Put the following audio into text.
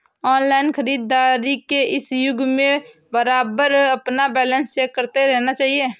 online खरीदारी के इस युग में बारबार अपना बैलेंस चेक करते रहना चाहिए